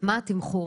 --- מהו התמחור?